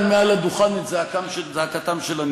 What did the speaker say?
ואני